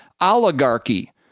oligarchy